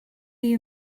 you